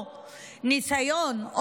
או ניסיון,